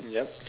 yup